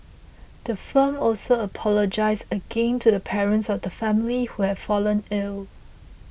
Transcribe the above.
the firm also apologised again to the parents of the family who have fallen ill